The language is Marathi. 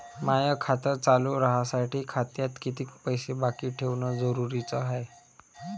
माय खातं चालू राहासाठी खात्यात कितीक पैसे बाकी ठेवणं जरुरीच हाय?